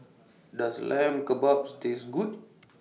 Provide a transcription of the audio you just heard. Does Lamb Kebabs Taste Good